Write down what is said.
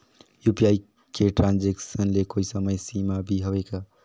UPI के transaction ले कोई समय सीमा भी हवे का?